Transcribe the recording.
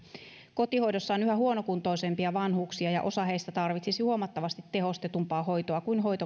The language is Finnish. kotihoidossa on yhä huonokuntoisempia vanhuksia ja osa heistä tarvitsisi huomattavasti tehostetumpaa hoitoa kuin